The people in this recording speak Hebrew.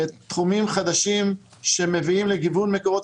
תחומים חדשים שמביאים לגיוון מקורות